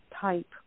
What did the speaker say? type